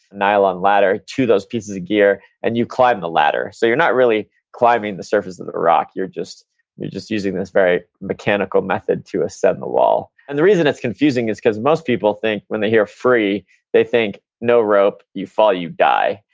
nylon ladder, to those pieces of gear and you climb the ladder. so you're not really climbing the surface of rock, you're just you're just using this very mechanical method to ascend the wall and the reason it's confusing is because most people think when they hear free they think no rope, you fall you die,